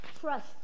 trust